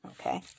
Okay